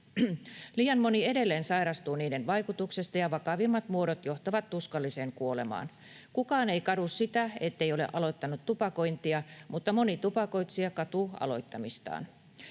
Liian moni edelleen sairastuu tupakoinnin vaikutuksesta, ja vakavimmat muodot johtavat tuskalliseen kuolemaan. Kukaan ei kadu sitä, ettei ole aloittanut tupakointia, mutta moni tupakoitsija katuu aloittamistaan.